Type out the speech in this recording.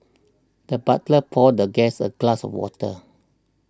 the butler poured the guest a glass of water